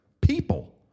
people